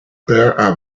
père